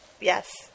Yes